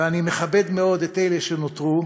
ואני מכבד מאוד את אלה שנותרו,